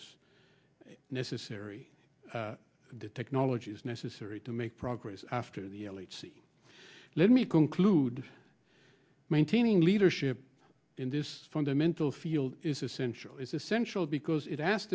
s necessary the technologies necessary to make progress after the l h c let me conclude maintaining leadership in this fundamental field is essential is essential because it as